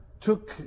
took